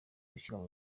gushyirwa